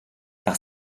par